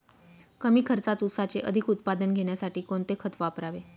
कमी खर्चात ऊसाचे अधिक उत्पादन घेण्यासाठी कोणते खत वापरावे?